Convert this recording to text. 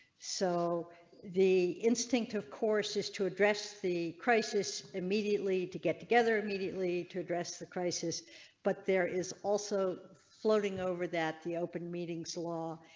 so the instinct of course is to address the crisis immediately to get together immediately to address the crisis but there is also floating over that the open meetings law.